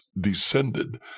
descended